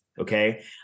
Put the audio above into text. okay